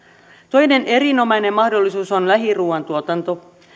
toinen erinomainen mahdollisuus on lähiruuan tuotanto